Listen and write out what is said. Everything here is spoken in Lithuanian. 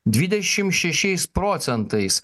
dvidešim šešiais procentais